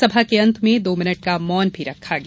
सभा के अंत में दो मिनट का मौन भी रखा गया